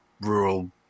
rural